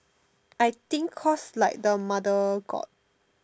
I think cause like the mother got